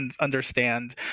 understand